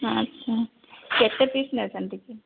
ଆଚ୍ଛା କେତେ ପିସ୍ ନେଇଥାନ୍ତେ କି